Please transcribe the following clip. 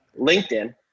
LinkedIn